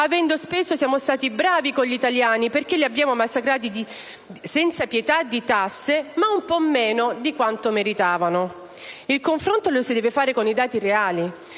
avendo speso meno, siamo stati bravi con gli italiani perché li abbiamo massacrati senza pietà di tasse, ma un po' meno di quanto meritavano. Il confronto lo si deve fare con i dati reali,